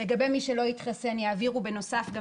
לגבי מי שלא התחסן יעבירו בנוסף גם